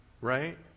Right